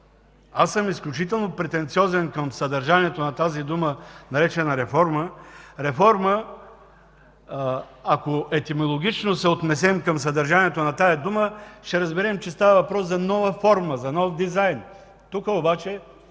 Аз съм изключително претенциозен към съдържанието на тази дума, наречена „реформа”. Ако етимологично се отнесем към съдържанието на думата „реформа”, ще разберем, че става въпрос за нова форма, за нов дизайн. Тук обаче